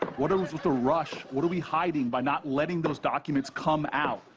what um is with the rush? what are we hiding by not letting those documents come out?